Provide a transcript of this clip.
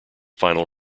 final